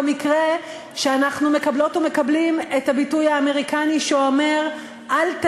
במקרה שאנחנו מקבלות ומקבלים את הביטוי האמריקני שאומר: